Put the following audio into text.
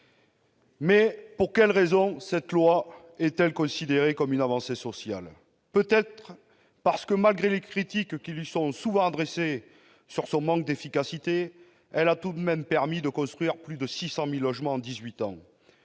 ... Pour quelle raison la loi SRU est-elle considérée comme une telle avancée ? Peut-être parce que, malgré les critiques qui lui sont souvent adressées sur son manque d'efficacité, elle a tout de même permis de construire plus de 600 000 logements en